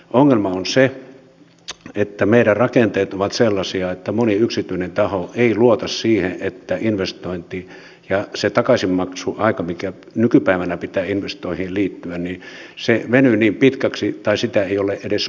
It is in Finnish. ongelma on se että meidän rakenteet ovat sellaisia että moni yksityinen taho ei luota siihen investointiin että se takaisinmaksuaika minkä nykypäivänä pitää investointeihin liittyä venyy niin pitkäksi tai sitä ei ole edes olemassa